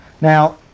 Now